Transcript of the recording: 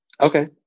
Okay